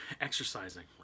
exercising